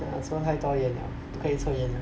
ah 抽太多烟了不可以抽烟了